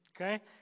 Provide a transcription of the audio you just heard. okay